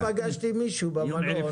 פגשתי מישהו במלון,